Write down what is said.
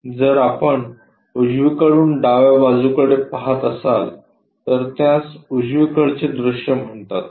जर आपण उजवीकडून डाव्या बाजूकडे पाहत असाल तर त्यास उजवीकडचे दृश्य म्हणतात